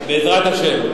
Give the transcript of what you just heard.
בעזרת השם.